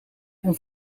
een